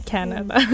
Canada